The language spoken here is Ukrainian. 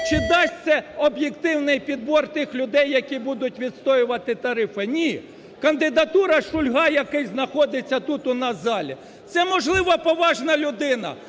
Чи дасть це об'єктивний підбор тих людей, які будуть відстоювати тарифи? Ні. Кандидатура Шульга, який знаходиться тут у нас в залі, це, можливо, поважна людина,